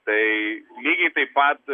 tai lygiai taip pat